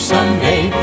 Someday